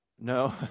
No